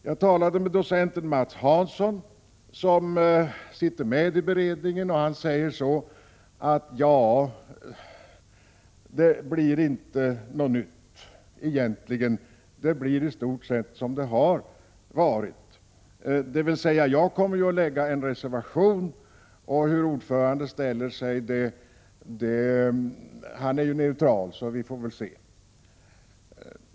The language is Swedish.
Jag talade med docent Mats Hanson, som sitter med i beredningen. Han sade: Det blir egentligen inte något nytt, utan det blir i stort sett som det har varit. Han fortsatte: Jag kommer att lägga en reservation, men hur ordföranden, som är neutral, ställer sig får vi väl se.